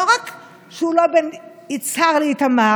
לא רק שהוא לא בין יצהר לאיתמר,